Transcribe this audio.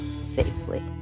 safely